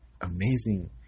amazing